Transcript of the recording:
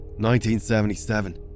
1977